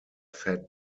fed